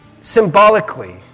symbolically